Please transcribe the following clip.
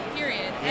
period